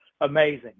amazing